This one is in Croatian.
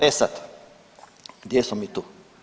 E sad, gdje smo mi tu?